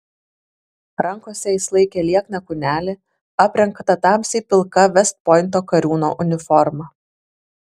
rankose jis laikė liekną kūnelį aprengtą tamsiai pilka vest pointo kariūno uniforma